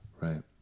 Right